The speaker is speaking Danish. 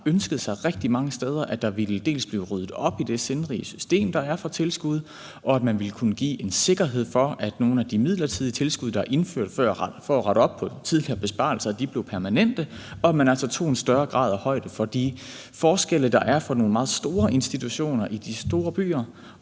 ønsket sig, at der dels ville blive ryddet op i det sindrige system, der er for tilskud, dels kunne gives en sikkerhed for, at nogle af de midlertidige tilskud, der er indført før for at rette op på tidligere besparelser, blev permanente, og at man altså tog en større grad af højde for de forskelle, der er på de meget store institutioner i de store byer